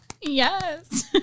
Yes